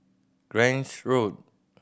Grange Road